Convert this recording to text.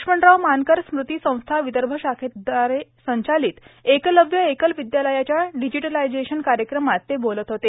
लक्ष्मणराव मानकर स्मृति संस्था विदर्भ शाखेद्वारे संचालित एकलव्य एकल विद्यालयाच्या डिजिटलायझेशन कार्यक्रमात ते बोलत होते